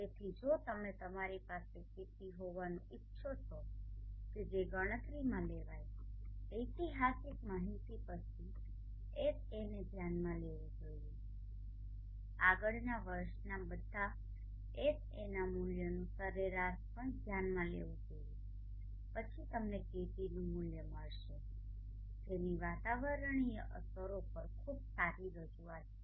તેથી જો તમે તમારી પાસે KT હોવાનું ઈચ્છો છો કે જે ગણતરીમાં લેવાય છે ઐતિહાસિક માહિતી પછી Ha ને ધ્યાનમાં લેવું જોઇએ આગળના વર્ષના બધા Haના મુલ્યોનુ સરેરાશ પણ ધ્યાનમાં લેવું જોઈએ પછી તમને KTનુ મુલ્ય મળશે જેની વાતાવરણીય અસરો પર ખુબ સારી રજૂઆત છે